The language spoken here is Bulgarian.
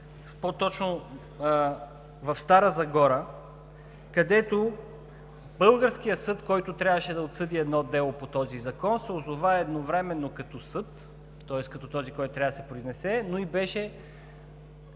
по-точно в Стара Загора, където българският съд, който трябваше да отсъди едно дело по този закон, се озова едновременно като съд, тоест като този, който трябва да се произнесе, но и беше